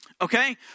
Okay